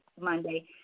Monday